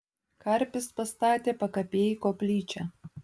karpis pastatė pakapėj koplyčią